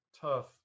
tough